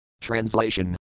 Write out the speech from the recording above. Translation